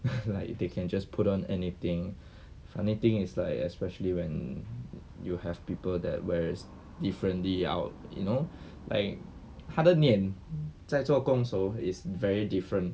like they can just put on anything funny thing is like especially when you have people that wears differently out you know like 他在念在做工的时候 is very different